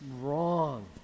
wrong